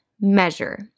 measure